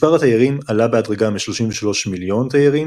מספר התיירים עלה בהדרגה מ-33 מיליון תיירים